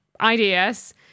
ideas